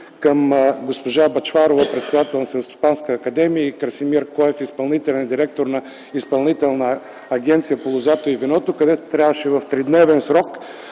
към госпожа Бъчварова, председател на Селскостопанска академия и Красимир Коев, изпълнителен директор на Изпълнителна агенция по лозята и виното, където трябваше в тридневен срок